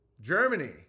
Germany